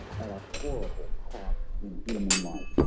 and a horrible cost in human life